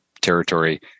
territory